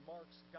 Mark's